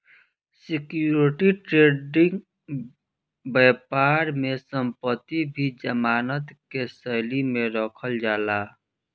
security trading बैपार में संपत्ति भी जमानत के शैली में रखल जाला